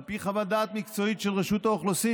על פי חוות דעת מקצועית של רשות האוכלוסין